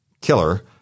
killer